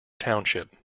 township